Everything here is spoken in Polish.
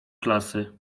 klasy